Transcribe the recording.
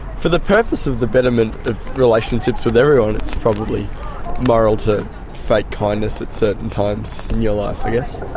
for the purpose of the betterment of relationships with everyone it's probably moral to fake kindness at certain times in your life, i guess.